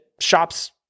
shops